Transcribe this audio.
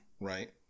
right